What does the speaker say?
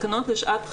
התקנות לשעת חירום,